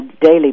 daily